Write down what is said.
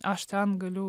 aš ten galiu